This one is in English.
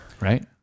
right